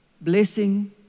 blessing